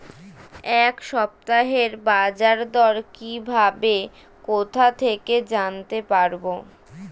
এই সপ্তাহের বাজারদর কিভাবে কোথা থেকে জানতে পারবো?